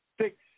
Six